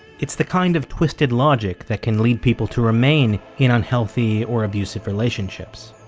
it's the kind of twisted logic that can lead people to remain in unhealthy or abusive relationships